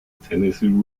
tennessee